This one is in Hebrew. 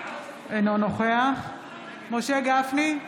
אינו נוכח משה גפני,